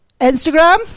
Instagram